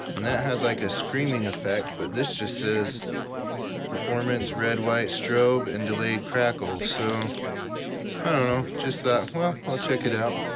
and that had like a screaming effect but this just says performance red white strobe and delayed crackle. so i don't know just thought, well i'll check it out.